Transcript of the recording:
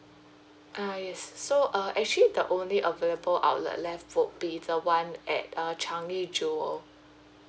uh yes so uh actually the only available outlet left would be the [one] at uh changi jewel